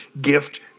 gift